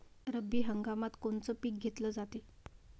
रब्बी हंगामात कोनचं पिक घेतलं जाते?